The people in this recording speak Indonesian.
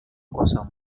kosong